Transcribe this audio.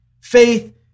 Faith